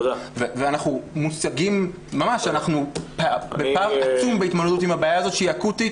אנחנו בפער עצום בהתמודדות עם הבעיה הזאת שהיא אקוטית